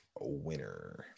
winner